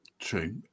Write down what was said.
True